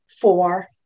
four